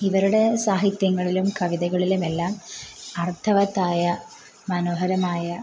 ഇവരുടെ സാഹിത്യങ്ങളിലും കവിതകളിലുമെല്ലാം അർത്ഥവത്തായ മനോഹരമായ